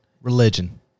religion